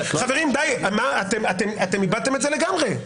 חברים, די, אתם איבדתם את זה לגמרי.